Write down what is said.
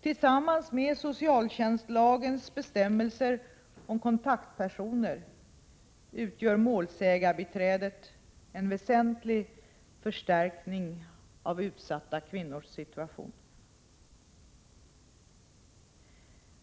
Tillsammans med socialtjänstlagens bestämmelser om kontaktpersoner utgör målsägandebiträdet en väsentlig förstärkning av utsatta kvinnors situation.